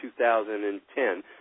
2010